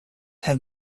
have